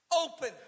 open